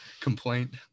complaint